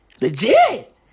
Legit